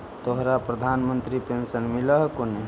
तोहरा प्रधानमंत्री पेन्शन मिल हको ने?